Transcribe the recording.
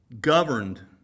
governed